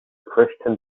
christian